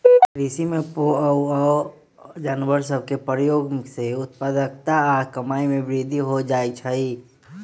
कृषि में पोअउऔ जानवर सभ के प्रयोग से उत्पादकता आऽ कमाइ में वृद्धि हो जाइ छइ